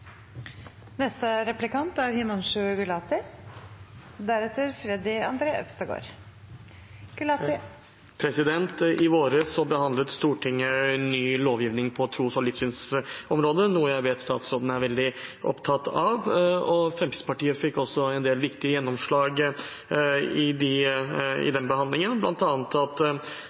I vår behandlet Stortinget ny lovgivning på tros- og livssynsområdet, noe jeg vet statsråden er veldig opptatt av. Fremskrittspartiet fikk en del viktige gjennomslag i den behandlingen, bl.a. at